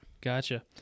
Gotcha